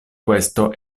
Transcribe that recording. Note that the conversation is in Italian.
questo